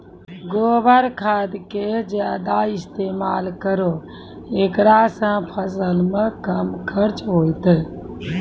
गोबर खाद के ज्यादा इस्तेमाल करौ ऐकरा से फसल मे कम खर्च होईतै?